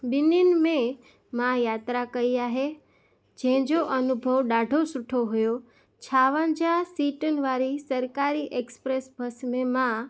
ॿिन्हिनि में मां यात्रा कई आहे जंहिंजो अनुभव ॾाढो सुठो हुओ छावंजाह सिटुनि वारी सरकारी एक्सप्रेस बस में मां